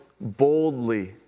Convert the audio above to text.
boldly